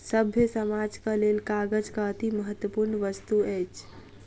सभ्य समाजक लेल कागज अतिमहत्वपूर्ण वस्तु अछि